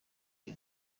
iyo